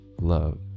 Love